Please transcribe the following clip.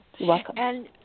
welcome